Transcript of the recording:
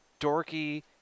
dorky